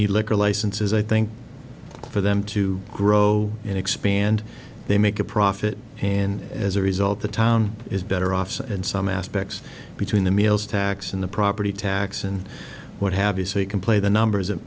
need liquor licenses i think for them to grow and expand they make a profit and as a result the town is better off in some aspects between the meals tax and the property tax and what have you so you can play the numbers it